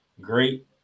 Great